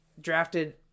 drafted